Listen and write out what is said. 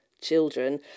children